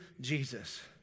Jesus